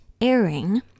airing